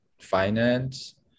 finance